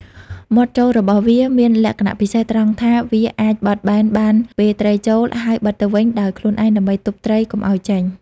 មាត់ចូលរបស់វាមានលក្ខណៈពិសេសត្រង់ថាវាអាចបត់បែនបានពេលត្រីចូល ហើយបិទទៅវិញដោយខ្លួនឯងដើម្បីទប់ត្រីកុំឲ្យចេញ។